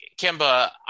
Kimba